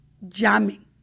llamen